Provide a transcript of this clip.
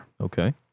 Okay